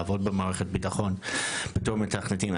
לעבוד במערכת ביטחון בתור מתכנתים.